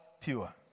pure